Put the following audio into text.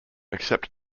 except